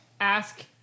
ask